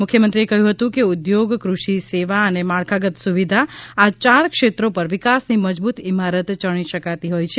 મુખ્યમંત્રીએ કહ્યું હતું કે ઉદ્યોગ કૃષિ સેવા અને માળખાગત સુવિધા આ ચાર ક્ષેત્રો ઉપર વિકાસની મજબૂત ઇમારત ચણી શકાતી હોય છે